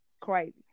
crazy